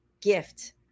GIFT